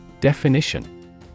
Definition